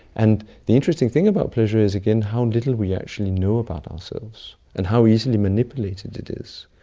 and the interesting thing about pleasure is again how little we actually know about ourselves and how easily manipulated it is.